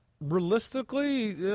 realistically